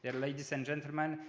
ladies and gentlemen,